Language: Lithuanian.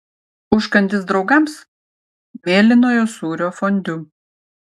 užkandis draugams mėlynojo sūrio fondiu